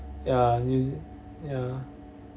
ya new z~ ya